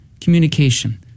communication